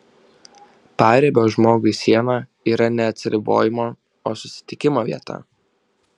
paribio žmogui siena yra ne atsiribojimo o susitikimo vieta